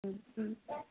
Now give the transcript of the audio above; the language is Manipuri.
ꯎꯝ ꯎꯝ